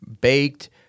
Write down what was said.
baked